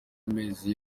amezi